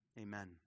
amen